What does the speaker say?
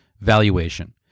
Valuation